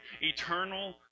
eternal